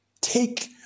take